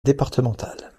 départementale